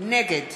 נגד